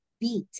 beat